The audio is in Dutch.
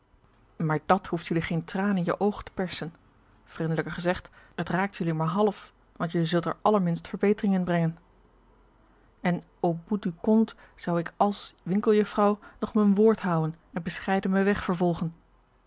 maar dat hoeft jullie geen traan in je oog te persen vrindelijker gezegd het raakt jullie maar half want jullie zult er allerminst verbetering in brengen en au bout du compte zou ik als winkeljuffrouw nog m'n woord houen en bescheiden m'n weg vervolgen